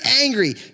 angry